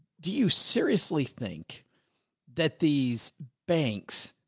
do you seriously think that these banks,